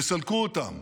יסלקו אותן,